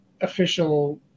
official